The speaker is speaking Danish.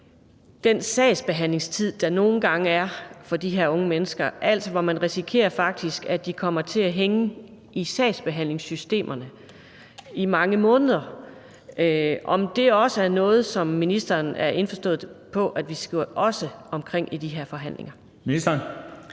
den sagsbehandlingstid, der nogle gange er for de her unge mennesker. Altså, man risikerer faktisk, at de kommer til at hænge i sagsbehandlingssystemerne i mange måneder. Er det noget, som ministeren er indforstået med at vi også skal omkring i de her forhandlinger?